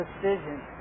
precision